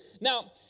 Now